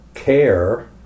care